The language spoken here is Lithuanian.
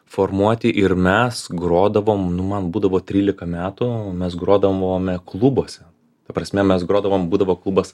formuoti ir mes grodavom nu man būdavo trylika metų mes grodavome klubuose ta prasme mes grodavom būdavo klubas